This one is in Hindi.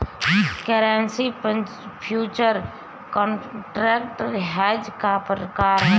करेंसी फ्युचर कॉन्ट्रैक्ट हेज का प्रकार है